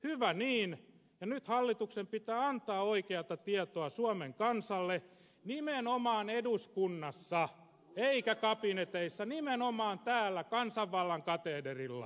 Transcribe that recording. hyvä niin ja nyt hallituksen pitää antaa oikeata tietoa suomen kansalle nimenomaan eduskunnassa eikä kabineteissa nimenomaan täällä kansanvallan kateederilla